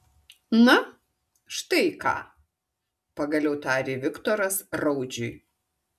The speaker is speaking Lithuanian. na štai ką pagaliau tarė viktoras raudžiui